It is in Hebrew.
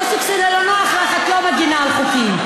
או שכשזה לא נוח לך את לא מגינה על חוקים,